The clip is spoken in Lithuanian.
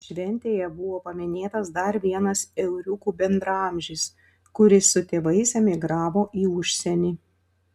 šventėje buvo paminėtas dar vienas euriukų bendraamžis kuris su tėvais emigravo į užsienį